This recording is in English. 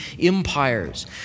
empires